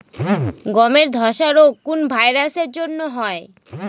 গমের ধসা রোগ কোন ভাইরাস এর জন্য হয়?